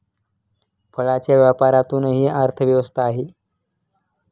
फळांच्या व्यापारातूनही अर्थव्यवस्था आहे